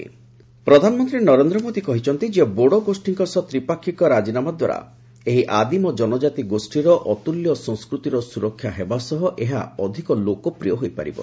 PM Bodo accord ପ୍ରଧାନମନ୍ତ୍ରୀ ନରେନ୍ଦ୍ର ମୋଦୀ କହିଛନ୍ତି ଯେ ବୋଡୋ ଗୋଷୀଙ୍କ ସହ ତ୍ରିପାକ୍ଷିକ ରାଜିନାମା ଦ୍ୱାରା ଏହି ଆଦିମ ଜନଜାତି ଗୋଷୀର ଅତୁଲ୍ୟ ସଂସ୍କୃତିର ସୁରକ୍ଷା ହେବା ସହ ଏହା ଅଧିକ ଲୋକପ୍ରିୟ ହୋଇପାରିବ